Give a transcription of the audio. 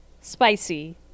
Spicy